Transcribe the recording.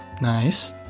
nice